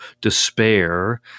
despair